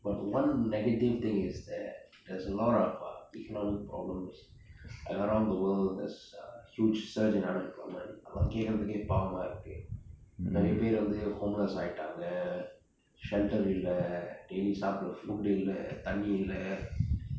the one negative thing is that there's a lot of uh economic problems around the world there's a huge surge in unemployment அது எல்லா கேட்கருதற்கு பாவமா இருக்கு நிரைய பேர் வந்து:athu ellaa ketkarutharke paavamaa irukku niraya per vanthu homeless ஆகிட்டாங்க:aagitaanga shelter இல்ல:illa daily சாப்படிர:saapdra food இல்ல தண்ணி இல்ல:illa thanni illa